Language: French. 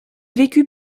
vécut